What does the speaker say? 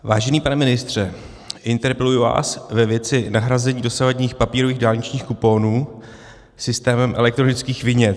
Vážený pane ministře, interpeluji vás ve věci nahrazení dosavadních papírových dálničních kuponů systémem elektronických vinět.